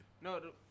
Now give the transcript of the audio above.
no